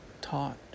Taught